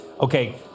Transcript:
okay